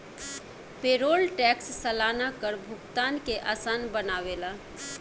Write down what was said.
payroll tax सलाना कर भुगतान के आसान बनावेला